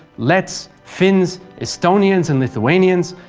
letts, finns, estonians, and lithuanians,